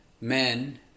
men